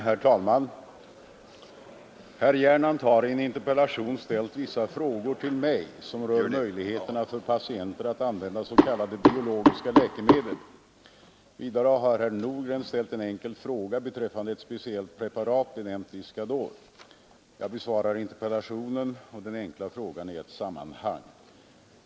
Herr talman! Herr Gernandt har i en interpellation ställt vissa frågor till mig som rör möjligheterna för patienter att använda s.k. biologiska läkemedel. Vidare har herr Nordgren ställt en enkel fråga beträffande ett speciellt preparat benämnt Iscador. Jag besvarar interpellationen och den enkla frågan i ett sammanhang.